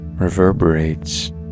reverberates